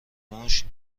موش